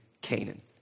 Canaan